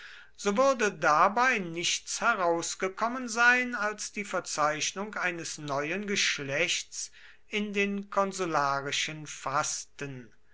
so würde dabei nichts herausgekommen sein als die verzeichnung eines neuen geschlechts in den konsularischen fasten